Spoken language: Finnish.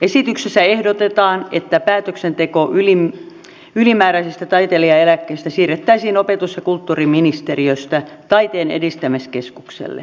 esityksessä ehdotetaan että päätöksenteko ylimääräisistä taiteilijaeläkkeistä siirrettäisiin opetus ja kulttuuriministeriöstä taiteen edistämiskeskukselle